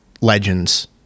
legends